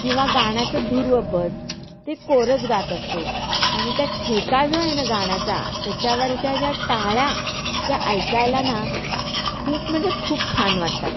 किंवा गाण्याचं ध्रुवपद ते कोरच गात असतो आणि त्या ठेका जो आहे ना गाण्याचा त्याच्यावरच्या ज्या टाळ्या त्या ऐकायला ना खूप म्हणजे खूप छान वाटतात